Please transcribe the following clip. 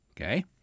Okay